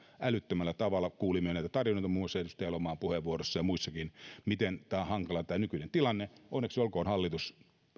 älyttömällä tavalla kuulimme näitä tarinoita muun muassa edustaja elomaan puheenvuorossa ja muissakin miten hankala tämä nykyinen tilanne on onneksi olkoon hallitus